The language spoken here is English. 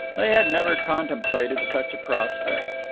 they had never contemplated such a prospect.